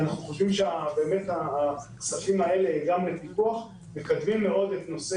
אנחנו חושבים שהכספים האלה לפיקוח מקדמים מאוד את נושא